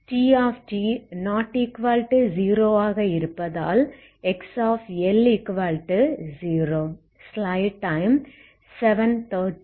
Tt≠0 ஆக இருப்பதால் XL0